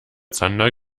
zander